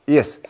Yes